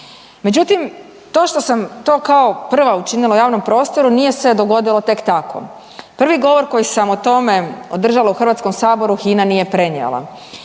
Međutim, to što sam to kao prva učinila u javnom prostoru nije se dogodilo tek tako. Prvi govor koji sam o tome održala u Hrvatskom saboru HINA nije prenijela.